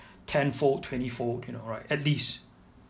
ten fold twenty fold you know right at least